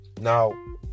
Now